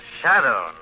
shadow